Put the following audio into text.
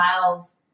Miles